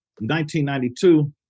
1992